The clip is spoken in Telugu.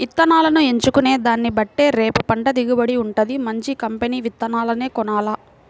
ఇత్తనాలను ఎంచుకునే దాన్నిబట్టే రేపు పంట దిగుబడి వుంటది, మంచి కంపెనీ విత్తనాలనే కొనాల